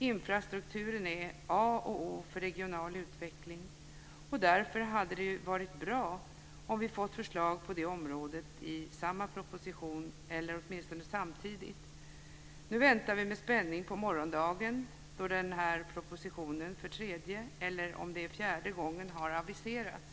Infrastrukturen är A och O för regional utveckling, och därför hade det varit bra om vi hade fått förslag på det området i samma proposition eller åtminstone samtidigt. Nu väntar vi med spänning på morgondagen då den här propositionen för tredje eller för fjärde gången har aviserats.